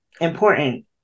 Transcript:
important